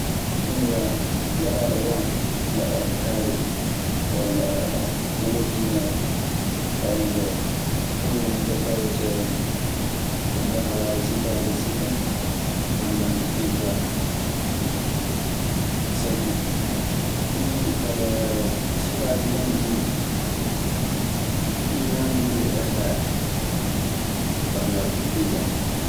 Pisa gadaɗo ron, gadaɗo kare ,wala wojinede rawinede. Ɗun woni ko tawetee neɗɗo ana waawi sifaade sifa banngal pissaa kaa. Sabi ɗi sifaaji tan njiymi, ñaami du e ɓentaade, banngal pijja.